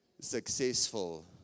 successful